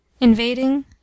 invading